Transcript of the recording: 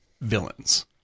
villains